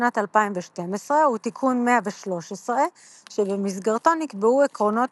בשנת 2012 הוא תיקון 113 שבמסגרתו נקבעו עקרונות